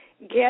get